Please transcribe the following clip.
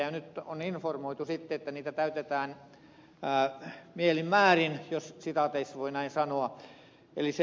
nyt on informoitu sitten että niitä täytetään mielin määrin jos sitaateissa voi näin sanoa